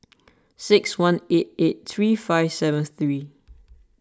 six one eight eight three five seven three